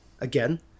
again